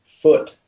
foot